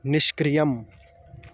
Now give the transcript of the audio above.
निष्क्रियम्